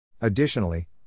Additionally